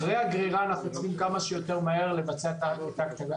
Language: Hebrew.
אחרי הגרירה אנחנו צריכים כמה שיותר מהר לבצע את הגריטה,